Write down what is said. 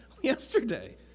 yesterday